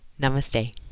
Namaste